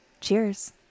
Cheers